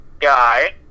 guy